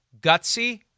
gutsy